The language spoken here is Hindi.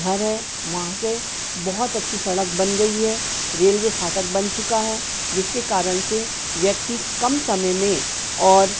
घर है वहाँ से बहुत अच्छी सड़क बन गई है रेलवे फाटक बन चुका है जिसके कारन से व्यक्ति कम समय में और